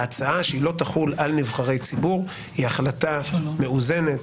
ההצעה שהיא לא תחול על נבחרי ציבור היא החלטה מאוזנת,